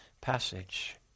passage